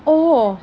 oh